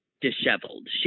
disheveled